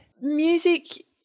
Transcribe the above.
Music